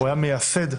הוא היה מייסד המדינה,